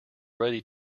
ready